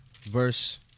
verse